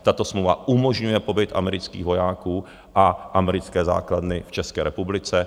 Tato smlouva umožňuje pobyt amerických vojáků a americké základny v České republice.